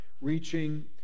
reaching